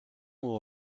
will